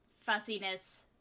fussiness